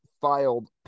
filed